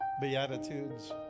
Beatitudes